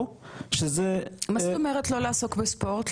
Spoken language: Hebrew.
שזה --- מה זאת אומרת לא לעסוק בספורט?